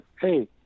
hey